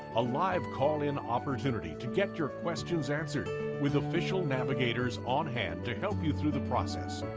a live call-in opportunity to get your questions answered with official navigators on hand to help you through the process.